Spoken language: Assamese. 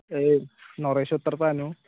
এই নৰেছৰ তাৰ পে আনো